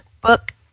book